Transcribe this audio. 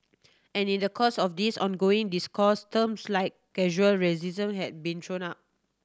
and in the course of this ongoing discourse terms like casual racism have been thrown up